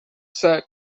set